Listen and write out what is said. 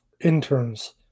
Interns